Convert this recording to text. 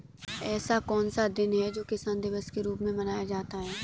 ऐसा कौन सा दिन है जो किसान दिवस के रूप में मनाया जाता है?